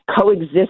coexist